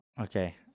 Okay